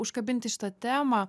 užkabinti šitą temą